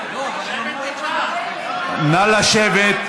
נא לשבת.